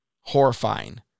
horrifying